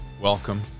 welcome